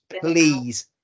please